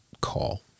call